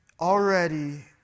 already